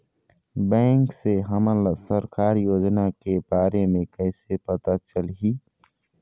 Bank से हमन ला सरकारी योजना के बारे मे कैसे पता चलही?